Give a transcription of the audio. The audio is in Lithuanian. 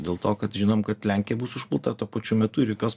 dėl to kad žinom kad lenkija bus užpulta tuo pačiu metu ir jokios